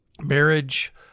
marriage